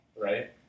Right